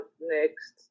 next